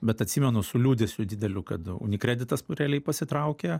bet atsimenu su liūdesiu dideliu kad unikreditas realiai pasitraukė